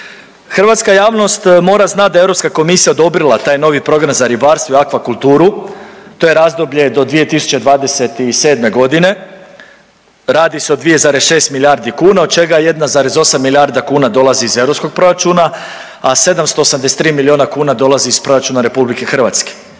Hrvatska javnost mora znat da je Europska komisija odobrila taj novi program za ribarstvo i akvakulturu, to je razdoblje do 2027.g., radi se o 2,6 milijarda kuna od čega 1,8 milijarda kuna dolazi iz europskog proračuna, a 783 milijuna kuna dolazi iz proračuna RH. Mene je